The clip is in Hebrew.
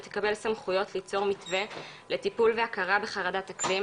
שתקבל סמכויות ליצור מתווה לטיפול והכרה בחרדת אקלים,